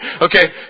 okay